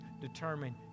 determine